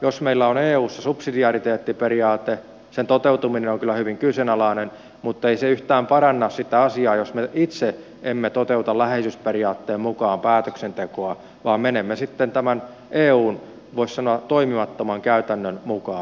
jos meillä on eussa subsidiariteettiperiaate sen toteutuminen on kyllä hyvin kyseenalaista mutta ei se yhtään paranna sitä asiaa jos me itse emme toteuta läheisyysperiaatteen mukaan päätöksentekoa vaan menemme sitten tämän eun voisi sanoa toimimattoman käytännön mukaan